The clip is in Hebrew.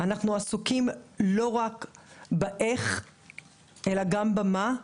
אנחנו עסוקים לא רק באיך אלא גם במה,